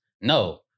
No